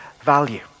value